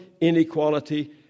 inequality